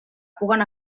puguen